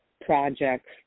projects